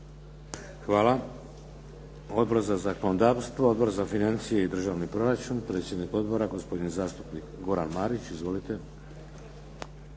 Hvala. Odbor za zakonodavstvo? Odbor za financije i državni proračun? Predsjednik odbora gospodin zastupnik Goran Marić. Izvolite.